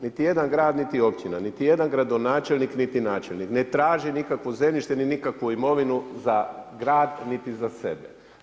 Niti jedan grad, niti općina, niti jedan gradonačelnik niti načelnik ne traži nikakvo zemljište ni nikakvu imovinu za grad, niti za sebe.